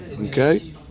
Okay